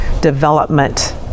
development